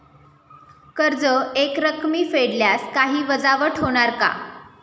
कर्ज एकरकमी फेडल्यास काही वजावट होणार का?